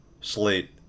slate